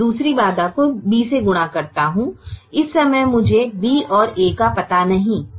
मैं दूसरी बाधा को b गुणा करता है इस समय मुझे b और a का पता नहीं है